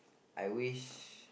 I wish